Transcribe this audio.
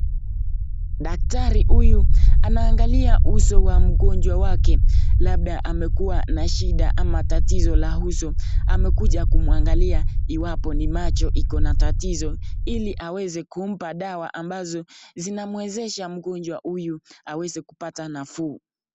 Daktari huyu anaangalia uso wa mgonjwa wake, labda amekuwa na shida ama tatizo la uso. Amekuja kumwangalia iwapo ni macho iko na tatizo ili aweze kumpa dawa ambazo zinamwezesha mgonjwa huyu aweze kupata nafuu.